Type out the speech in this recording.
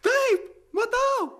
taip matau